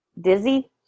Dizzy